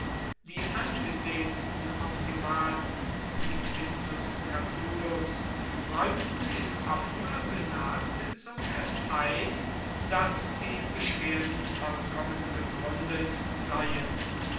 die angesehensten optimaten wie quintus catulus räumten in offener senatssitzung es ein daß die beschwerden vollkommen gegründet seien